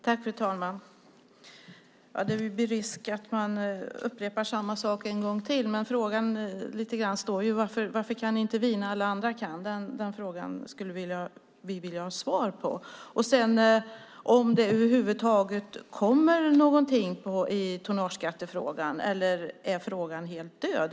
Fru talman! Det finns risk att man upprepar samma sak en gång till, men frågan kvarstår. Varför kan inte vi när alla andra kan? Den frågan skulle vi vilja ha svar på. Kommer det över huvud taget något i tonnageskattefrågan eller är frågan helt död?